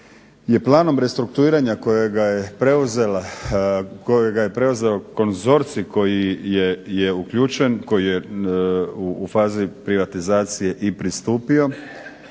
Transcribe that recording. je planom restrukturiranja kojega je preuzeo konzorcij koji je uključen, koji je u fazi privatizacije i pristupio